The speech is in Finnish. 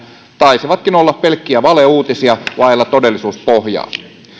taisivatkin olla pelkkiä valeuutisia vailla todellisuuspohjaa